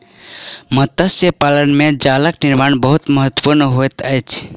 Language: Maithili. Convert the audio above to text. मत्स्य पालन में जालक निर्माण बहुत महत्वपूर्ण होइत अछि